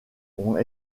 ont